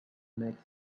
makes